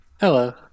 Hello